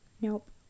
Nope